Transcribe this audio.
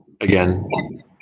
again